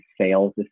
sales